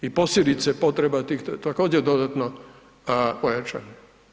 I posljedice potreba tih također dodatno ojačane.